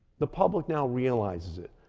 the public now realizes it,